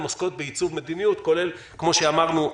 הן עוסקות בעיצוב מדיניות כולל כמו שאמרנו,